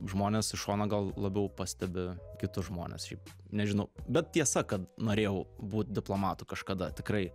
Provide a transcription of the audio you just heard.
žmonės iš šono gal labiau pastebi kitus žmones šiaip nežinau bet tiesa kad norėjau būt diplomatu kažkada tikrai